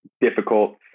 difficult